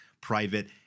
private